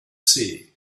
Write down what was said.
see